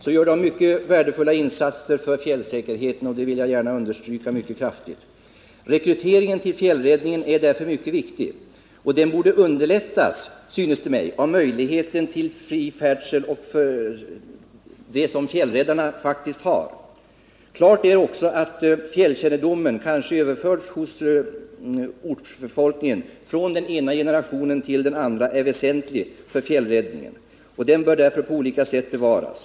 Att den gör mycket värdefulla insatser för fjällsäkerheten vill jag gärna understryka mycket kraftigt. Rekryteringen till fjällräddningen är därför mycket viktig, och den borde underlättas, synes det mig. av möjligheten till fri färdsel. som fjällräddarna faktiskt har. Klart är också att fjällkännedomen — kanske överförd hos ortsbetolkningen från den ena generationen till den Nr 130 andra — är väsentlig för fjällräddningen. Den bör därför på olika sätt bevaras.